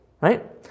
right